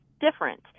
different